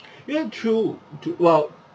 ya true to while